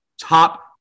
top